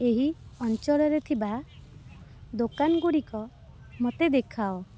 ଏହି ଅଞ୍ଚଳରେ ଥିବା ଦୋକାନଗୁଡ଼ିକ ମୋତେ ଦେଖାଅ